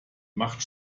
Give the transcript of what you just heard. macht